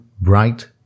bright